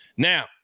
Now